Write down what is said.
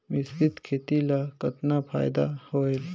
मिश्रीत खेती ल कतना फायदा होयल?